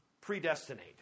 Predestinate